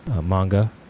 manga